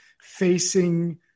facing